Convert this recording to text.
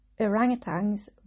orangutans